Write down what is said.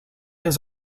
his